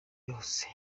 yose